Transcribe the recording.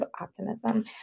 optimism